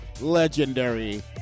legendary